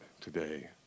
today